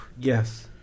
yes